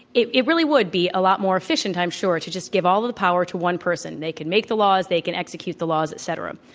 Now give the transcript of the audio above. it it really would be a lot more efficient, i'm sure, to just give all the power to one person. they can make the laws. they can execute the laws, et cetera.